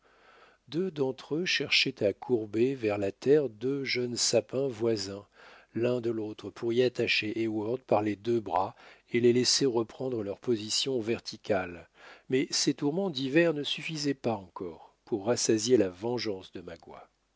deux d'entre eux cherchaient à courber vers la terre deux jeunes sapins voisins l'un de l'autre pour y attacher heyward par les deux bras et les laisser reprendre leur position verticale mais ces tourments divers ne suffisaient pas encore pour rassasier la vengeance de